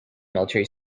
military